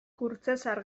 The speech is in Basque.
kurtzezar